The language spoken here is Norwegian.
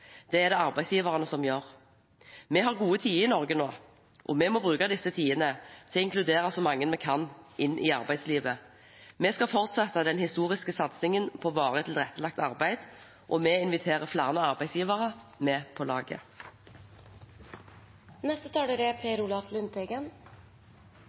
det er det arbeidsgiverne som gjør. Vi har gode tider i Norge nå, og vi må bruke disse tidene til å inkludere så mange vi kan, i arbeidslivet. Vi skal fortsette den historiske satsingen på varig tilrettelagt arbeid, og vi inviterer flere arbeidsgivere med på laget. Jeg vil takke saksordfører Eigil Knutsen fra Arbeiderpartiet for den jobben som er